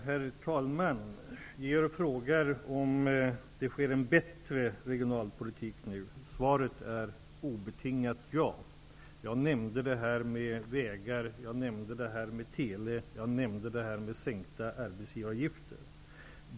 Herr talman! Georg Andersson frågar om det bedrivs en bättre regionalpolitik nu. Svaret är obetingat ja. Jag nämnde vägar, tele och sänkta arbetsgivaravgifter.